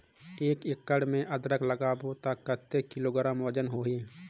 एक एकड़ मे अदरक लगाबो त कतेक किलोग्राम वजन होही?